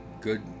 good